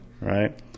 Right